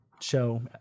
show